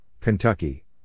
Kentucky